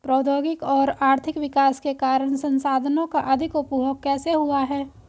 प्रौद्योगिक और आर्थिक विकास के कारण संसाधानों का अधिक उपभोग कैसे हुआ है?